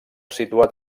situat